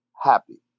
happy